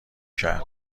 کرد